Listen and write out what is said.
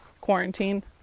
quarantine